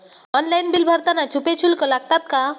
Online bill भरताना छुपे शुल्क लागतात का?